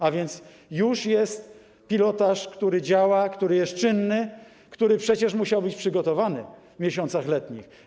A więc już jest pilotaż, który działa, który jest czynny, który przecież musiał być przygotowany w miesiącach letnich.